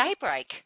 daybreak